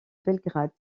belgrade